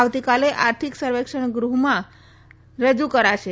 આવતીકાલે આર્થિક સર્વેક્ષણ ગૃહમાં રજુ કરાશે